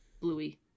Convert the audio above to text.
Bluey